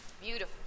Beautiful